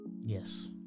Yes